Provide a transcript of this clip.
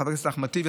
לחבר הכנסת אחמד טיבי,